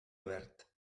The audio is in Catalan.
obert